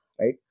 right